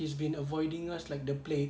he's been avoiding us like the plague